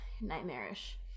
nightmarish